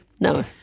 No